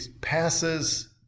passes